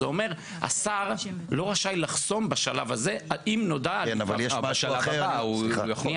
זה אומר שהשר לא רשאי לחסום בשלב הזה אם נודע שנעברה עבירה.